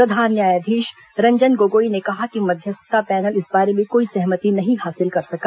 प्रधान न्यायाधीश रंजन गोगोई ने कहा कि मध्यस्थता पैनल इस बारे में कोई सहमति नहीं हासिल कर सका